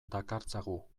dakartzagu